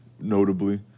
notably